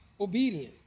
Obedient